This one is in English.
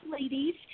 ladies